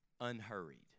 unhurried